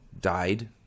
died